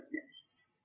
Goodness